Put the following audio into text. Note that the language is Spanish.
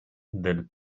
del